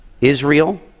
Israel